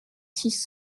six